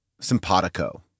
simpatico